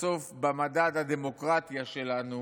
בסוף במדד הדמוקרטיה שלנו